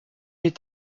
est